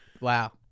wow